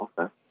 Okay